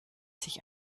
sich